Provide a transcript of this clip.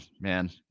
man